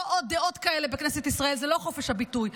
לא עוד דעות כאלה בכנסת ישראל, זה לא חופש הביטוי.